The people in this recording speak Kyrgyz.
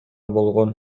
болгон